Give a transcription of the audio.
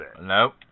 Nope